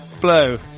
blow